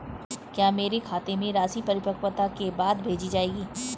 क्या मेरे खाते में राशि परिपक्वता के बाद भेजी जाएगी?